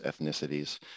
ethnicities